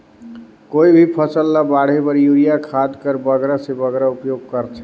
कोई भी फसल ल बाढ़े बर युरिया खाद कर बगरा से बगरा उपयोग कर थें?